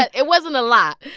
but it wasn't a lot.